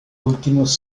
últimos